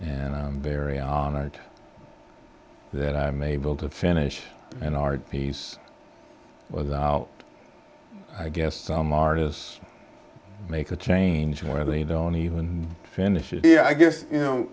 and i'm very honored that i'm able to finish an art piece without i guess some artists make a change where they don't even finish it yeah i guess you know